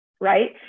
right